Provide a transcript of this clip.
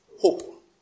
Hope